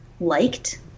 liked